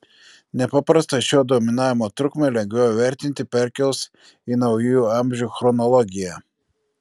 nepaprastą šio dominavimo trukmę lengviau įvertinti perkėlus į naujųjų amžių chronologiją